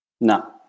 No